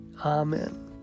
Amen